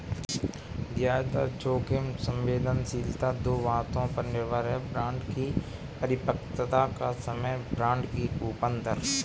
ब्याज दर जोखिम संवेदनशीलता दो बातों पर निर्भर है, बांड की परिपक्वता का समय, बांड की कूपन दर